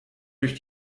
durch